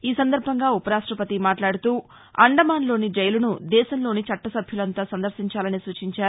ఈ సందర్భంగా ఉపరాష్టపతి మాట్లాదుతూ అండమాన్లోని జైలును దేశంలోని చట్టసభ్యులంతా సందర్శించాలని సూచించారు